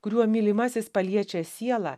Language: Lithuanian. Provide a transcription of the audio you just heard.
kuriuo mylimasis paliečia sielą